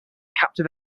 captive